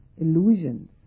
illusions